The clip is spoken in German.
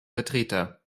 vertreter